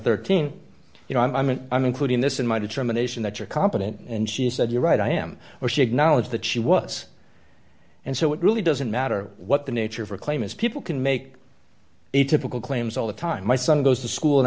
thirteen you know i'm in i'm including this in my determination that you're competent and she said you're right i am or she acknowledged that she was and so it really doesn't matter what the nature of the claim is people can make a typical claims all the time my son goes to school in